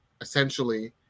essentially